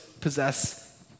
possess